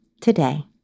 today